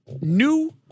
new